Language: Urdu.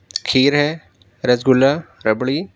کھیر ہے رس گلہ ربڑی